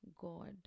God